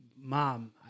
mom